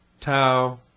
Tau